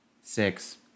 Six